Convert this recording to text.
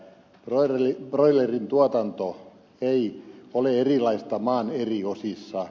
broilerin tuotanto ei ole erilaista maan eri osissa